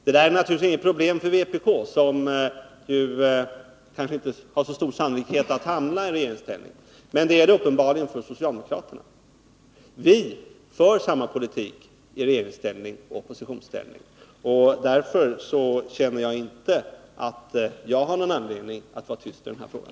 Det är naturligtvis inte något problem för vpk; sannolikheten för att vpk skall hamna i regeringsställning är kanske inte så stor. Men det är det uppenbarligen för socialdemokraterna. Vi för samma politik i regeringsställning och i oppositionsställning. Därför känner jag inte att jag har någon anledning att vara tyst i den här frågan.